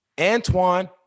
Antoine